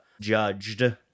judged